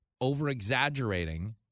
over-exaggerating